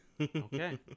Okay